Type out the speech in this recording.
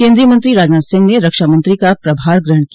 केन्द्रीय मंत्री राजनाथ सिंह ने रक्षामंत्री का प्रभार ग्रहण किया